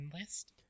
list